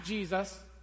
Jesus